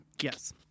yes